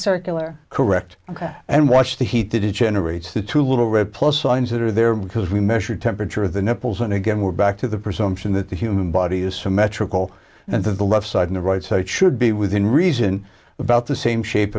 circular correct ok and watch the heat did it generates the two little red plus signs that are there because we measure temperature of the nipples and again we're back to the presumption that the human body is symmetrical and that the left side in the right so it should be within reason about the same shape